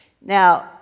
Now